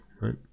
right